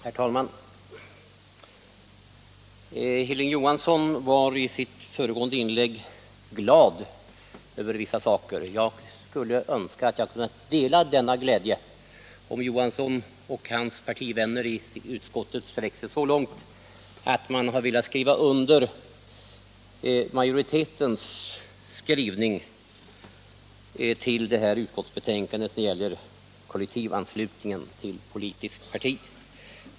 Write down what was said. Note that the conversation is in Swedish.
Herr talman! Hilding Johansson är, sade han i sitt föregående inlägg, glad över vissa saker. Jag skulle önska att jag kunnat dela denna glädje. Det hade jag kunnat göra om herr Johansson och hans partivänner i utskottet sträckt sig så långt att de velat gå med på majoritetens skrivning i detta betänkande när det gäller kollektivanslutning till politiskt parti.